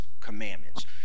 commandments